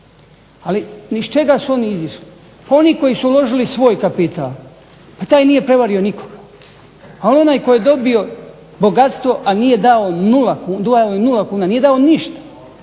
Ali iz čega su oni izišli? Pa oni koji su uložili svoj kapital pa taj nije prevario nikoga. Ali onaj koji je dobio bogatstvo a dao je nula kuna, nije dao ništa